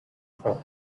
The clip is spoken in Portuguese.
pau